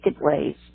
ways